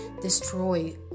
destroy